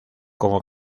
como